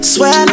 Swear